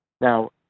Now